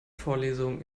vorlesung